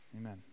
amen